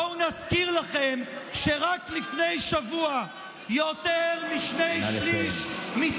בואו נזכיר לכם שרק לפני שבוע יותר משני שלישים,